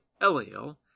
Eliel